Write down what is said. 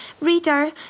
reader